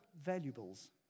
valuables